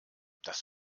das